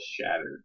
shattered